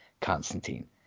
Constantine